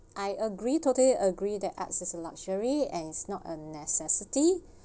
I agree totally agree that art is a luxury and is not a necessity